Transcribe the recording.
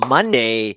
Monday